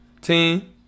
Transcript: team